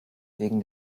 wegen